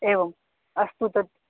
एवम् अस्तु तत्